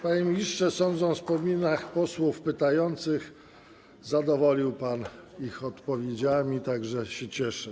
Panie ministrze, sądząc po minach posłów pytających, zadowolił pan ich odpowiedziami, tak że się cieszę.